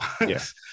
Yes